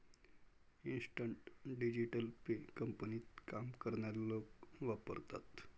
instant digital pay कंपनीत काम करणारे लोक वापरतात